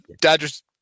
Dodgers